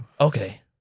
Okay